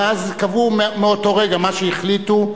ואז קבעו מאותו רגע מה שהחליטו,